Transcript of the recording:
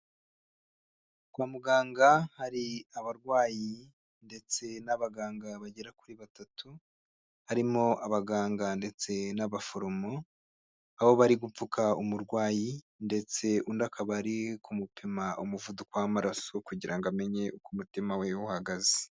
Kwa muganga hari abarwayi ndetse n'abaganga bagera kuri batatu, harimo abaganga ndetse n'abaforomo aho bari gupfuka umurwayi ndetse undi akabari kumupima umuvuduko w'amaraso kugira ngo amenye uko umutima we uhagaze.